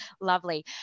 lovely